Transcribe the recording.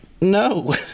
No